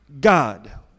God